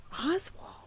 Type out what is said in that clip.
Oswald